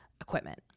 equipment